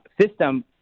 system